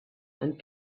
and